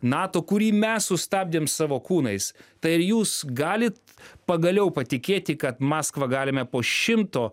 nato kurį mes sustabdėm savo kūnais tai ar jūs galit pagaliau patikėti kad maskvą galime po šimto